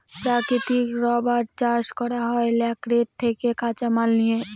প্রাকৃতিক রাবার চাষ করা হয় ল্যাটেক্স থেকে কাঁচামাল নিয়ে